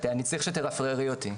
אני צריך שתרפררי אותי,